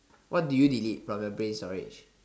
what do you delete from your brain storage